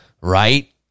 right